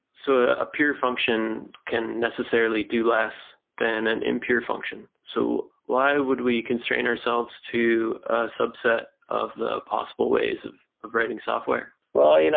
so ah a pure function can necessarily do less than an impure function. so why would we constraint ourselves to subset of the possible ways of of writing software? well, you know